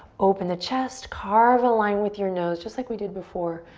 open the chest. carve a line with your nose just like we did before,